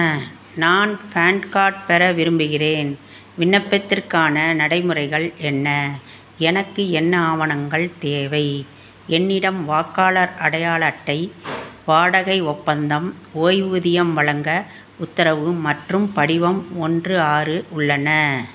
நான் PAN card பெற விரும்புகின்றேன் விண்ணப்பத்திற்கான நடைமுறைகள் என்ன எனக்கு என்ன ஆவணங்கள் தேவை என்னிடம் வாக்காளர் அடையாள அட்டை வாடகை ஒப்பந்தம் ஓய்வூதியம் வழங்க உத்தரவு மற்றும் படிவம் ஒன்று ஆறு உள்ளன